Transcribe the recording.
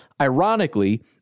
ironically